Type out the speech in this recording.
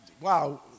wow